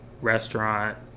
restaurant